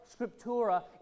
scriptura